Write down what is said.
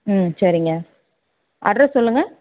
ம் சரிங்க அட்ரஸ் சொல்லுங்கள்